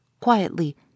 quietly